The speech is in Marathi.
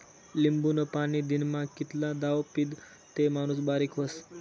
लिंबूनं पाणी दिनमा कितला दाव पीदं ते माणूस बारीक व्हस?